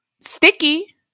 sticky